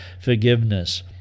forgiveness